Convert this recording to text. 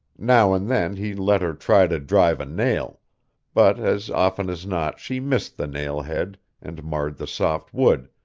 now and then he let her try to drive a nail but as often as not she missed the nail head and marred the soft wood,